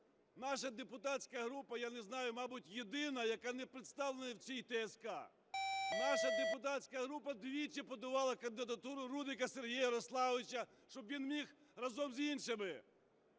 Наша депутатська група, я не знаю, мабуть, єдина, яка не представлена в цій ТСК. Наша депутатська група двічі подавала кандидатуру Рудика Сергія Ярославовича, щоб він міг разом з іншими